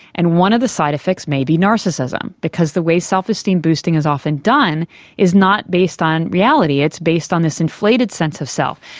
and one of the side-effects may be narcissism because the way self-esteem boosting is often done is not based on reality, it's based on this inflated sense of self.